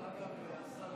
אגב, השר